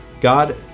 God